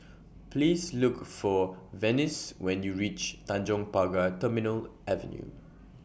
Please Look For Venice when YOU REACH Tanjong Pagar Terminal Avenue